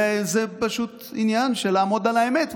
וזה פשוט עניין של לעמוד על האמת.